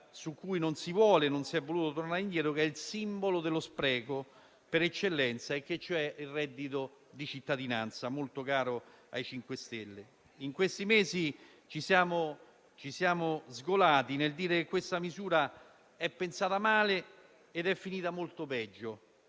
su cui non si vuole e non si è voluto tornare indietro, che è il simbolo dello spreco per eccellenza, cioè il reddito di cittadinanza, molto caro ai Cinque Stelle. In questi mesi ci siamo sgolati nel dire che questa misura è pensata male ed è finita molto peggio.